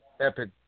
epic